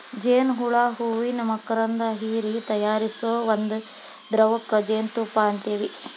ಜೇನ ಹುಳಾ ಹೂವಿನ ಮಕರಂದಾ ಹೇರಿ ತಯಾರಿಸು ಒಂದ ದ್ರವಕ್ಕ ಜೇನುತುಪ್ಪಾ ಅಂತೆವಿ